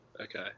Okay